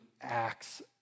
acts